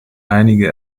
einige